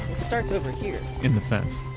starts over here in the fence.